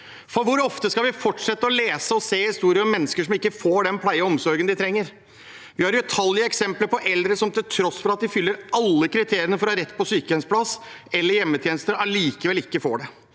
Hvor ofte skal vi fortsette å lese og se historier om mennesker som ikke får den pleien og omsorgen de trenger? Vi har utallige eksempel på eldre som til tross for at de fyller alle kriteriene for å ha rett på sykehjemsplass eller hjemmetjenester, allikevel ikke får det.